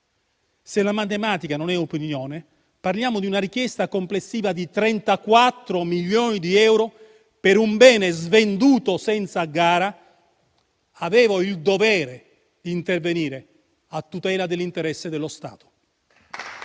Se la matematica non è opinione, parliamo di una richiesta complessiva di 34 milioni di euro per un bene svenduto senza gara. Avevo quindi il dovere di intervenire a tutela dell'interesse dello Stato.